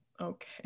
Okay